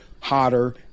hotter